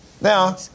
Now